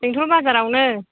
बेंटल बाजारावनो